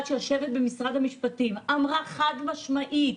שיושבת במשרד המשפטים אמרה חד משמעית: